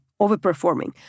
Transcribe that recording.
overperforming